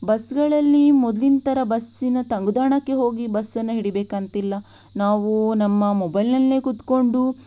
ಬಸ್ಗಳಲ್ಲಿ ಮೊದಲಿನ ಥರ ಬಸ್ಸಿನ ತಂಗುದಾಣಕ್ಕೆ ಹೋಗಿ ಬಸ್ಸನ್ನು ಹಿಡಿಯಬೇಕಂತಿಲ್ಲ ನಾವು ನಮ್ಮ ಮೊಬೈಲ್ನಲ್ಲೇ ಕೂತ್ಕೊಂಡು